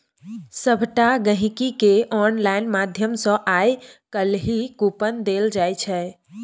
सभटा गहिंकीकेँ आनलाइन माध्यम सँ आय काल्हि कूपन देल जाइत छै